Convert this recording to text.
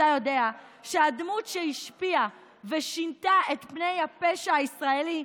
אתה יודע שהדמות שהשפיעה ושינתה את פני הפשע הישראלי,